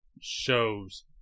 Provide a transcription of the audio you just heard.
shows